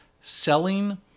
selling